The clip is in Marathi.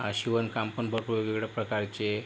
शिवणकाम पण भरपूर वेगवेगळ्या प्रकारचे